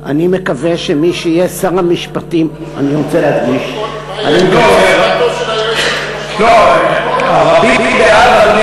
רבים בעד,